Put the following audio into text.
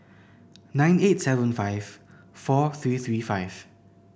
nine eight seven five four three three five